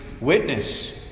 witness